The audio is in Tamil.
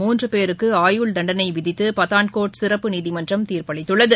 மூன்றுபேருக்கு ஆயுள் தண்டனைவிதித்துபதான்கோட் சிறப்பு நீதிமன்றம் தீர்ப்பளித்துள்ளது